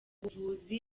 buvuzi